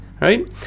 right